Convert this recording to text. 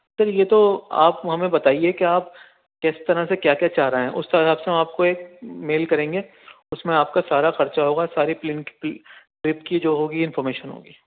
سر یہ تو آپ ہمیں بتائیے کہ آپ کس طرح سے کیا کیا چاہ رہیں ہیں اُس طرح سے ہم آپ کو ایک میل کریں گے اُس میں آپ کا سارا خرچہ ہوگا سارے کی ٹرپ کی جو ہوگی انفارمیشن ہوگی